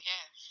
Yes